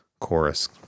Chorus